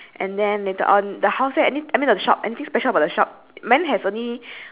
cream eh I mean that one your shirt is like brown and blue